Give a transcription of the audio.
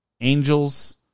Angels